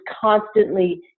constantly